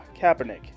Kaepernick